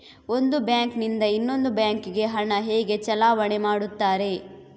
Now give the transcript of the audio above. ಒಂದು ಬ್ಯಾಂಕ್ ನಿಂದ ಇನ್ನೊಂದು ಬ್ಯಾಂಕ್ ಗೆ ಹಣ ಹೇಗೆ ಚಲಾವಣೆ ಮಾಡುತ್ತಾರೆ?